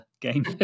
game